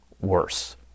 worse